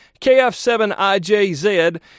KF7IJZ